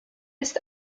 ist